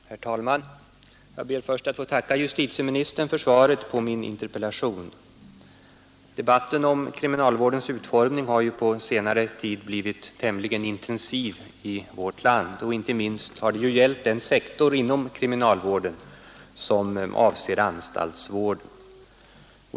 Herr talman! Jag ber först att få tacka justitieministern för svaret på min interpellation Debatten om kriminalvårdens utformning har på senare tid blivit tämligen intensiv i vårt land. Inte minst gäller det den sektor inom kriminalvården som avser anstaltsvård.